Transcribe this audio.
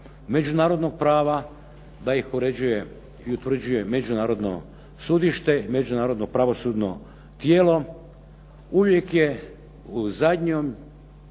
međunarodnog prava, da ih uređuje i utvrđuje međunarodno sudište i međunarodno pravosudno tijelo uvijek je u zadnjem